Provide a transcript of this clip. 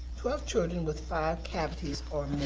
twelve children with five cavities or